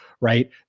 right